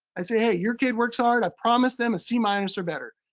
i say, hey, your kid works hard, i promise them a c minus or better.